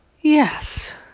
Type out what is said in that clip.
Yes